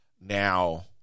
Now